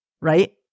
right